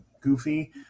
goofy